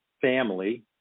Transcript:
family